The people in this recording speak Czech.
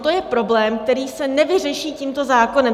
To je problém, který se nevyřeší tímto zákonem.